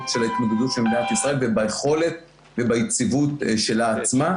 בהתמודדות של מדינת ישראל וביכולת וביציבות שלה עצמה.